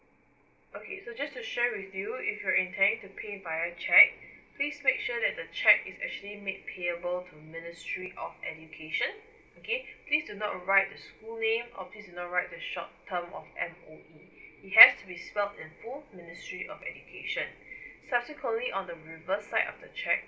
okay so just to share with you're intending to pay via cheque please make sure that the cheque is actually made payable to ministry of education okay please do not right the school name or please do not write short term of M_O_E it has to be spelt in full ministry of education subsequently on the reverse side of the cheque